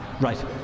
Right